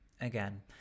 again